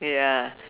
ya